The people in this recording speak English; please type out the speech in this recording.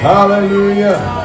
Hallelujah